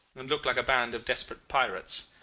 and looked like a band of desperate pirates.